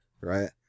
right